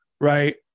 right